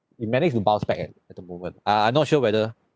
it managed to bounce back eh at the moment I I not sure whether